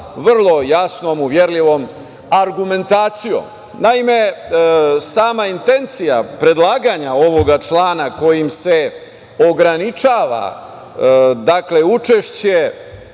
vrlo jasnom, uverljivom argumentacijom. Naime, sama intencija predlaganja ovog člana kojim se ograničava učešće